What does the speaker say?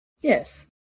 Yes